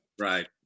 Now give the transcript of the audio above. Right